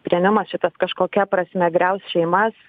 priėmimas šitas kažkokia prasme griaus šeimas